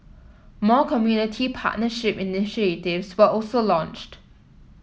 more community partnership initiatives were also launched